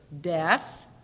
death